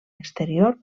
exterior